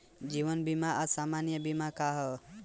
जीवन बीमा आ सामान्य बीमा का ह?